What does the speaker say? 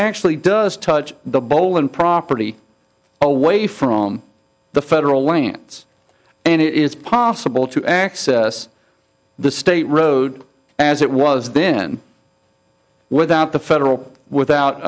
actually does touch the bowl and property away from the federal lands and it is possible to access the state road as it was then without the federal without